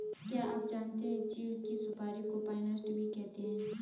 क्या आप जानते है चीढ़ की सुपारी को पाइन नट्स भी कहते है?